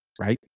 right